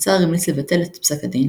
הפצ"ר המליץ לבטל את פסק הדין,